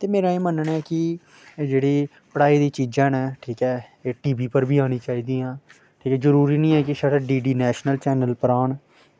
ते मेरा एह् मनना ऐ कि जेह्ड़ी पढ़ाई दियां चीजां न ठीक ऐ एह् टी वी पर बी आनी चाहिदियां जरूरी निं ऐ कि छड़े डी डी नेशनल चैनल पर आह्न